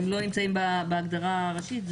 הם לא נמצאים בהגדרה הראשית.